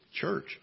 church